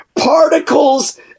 particles